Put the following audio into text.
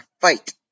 fight